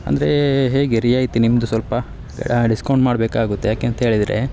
ಅಂದರೆ ಹೇಗೆ ರಿಯಾಯಿತಿ ನಿಮ್ಮದು ಸ್ವಲ್ಪ ಡಿಸ್ಕೌಂಟ್ ಮಾಡಬೇಕಾಗುತ್ತೆ ಯಾಕೆ ಅಂತೇಳಿದರೆ